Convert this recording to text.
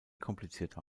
komplizierter